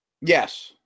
Yes